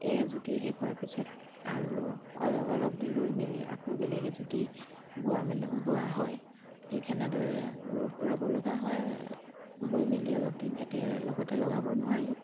এজুতি শেষ হোৱাৰ পিছত আৰু অলপ দিন ৰৈ মেলি আকৌ বেলেগে এজুতি বোৱা মেলো বোৱা হয় ঠিক সেনেদৰে ৰ'ব লগা হয় বৈ মেলি অলপ দিন একেলগতে লগাব নোৱাৰি